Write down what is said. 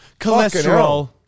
Cholesterol